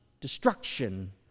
destruction